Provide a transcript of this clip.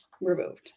removed